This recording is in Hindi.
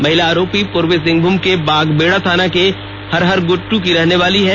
महिला आरोपी पूर्वी सिंहभूम के बागबेड़ा थाना के हरहरगुद्द की रहने वाली है